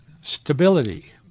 stability